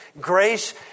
Grace